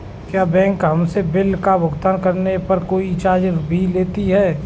क्या बैंक हमसे बिल का भुगतान करने पर कोई चार्ज भी लेता है?